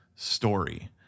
story